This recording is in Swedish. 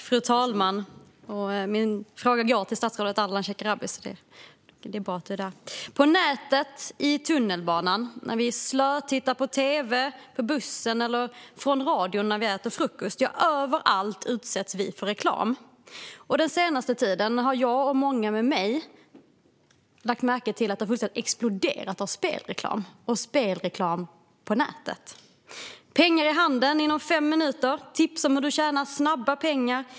Fru talman! Min fråga går till statsrådet Ardalan Shekarabi. På nätet, i tunnelbanan, när vi slötittar på tv, på bussen, från radion när vi äter frukost - överallt utsätts vi för reklam. Den senaste tiden har jag och många med mig lagt märke till att något som fullständigt har exploderat är spelreklam, även på nätet. Man får tips om hur man ska tjäna snabba pengar. Pengar i handen inom fem minuter!